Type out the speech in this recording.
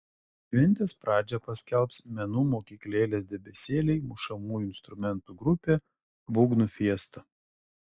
šventės pradžią paskelbs menų mokyklėlės debesėliai mušamųjų instrumentų grupė būgnų fiesta